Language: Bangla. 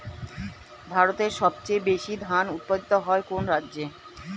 ভারতের সবচেয়ে বেশী ধান উৎপাদন হয় কোন রাজ্যে?